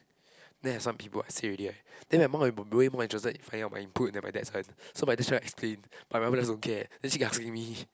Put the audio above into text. then like some people I say already right then my mom way more interested in finding out my input than my dad's one so my dad trying to explain my mom just don't care then she keep asking me